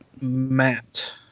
Matt